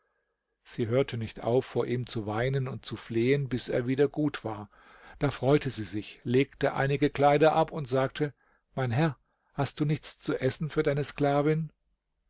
sie hörte nicht auf vor ihm zu weinen und zu flehen bis er wieder gut war da freute sie sich legte einige kleider ab und sagte mein herr hast du nichts zu essen für deine sklavin